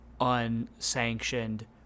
unsanctioned